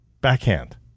backhand